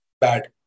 bad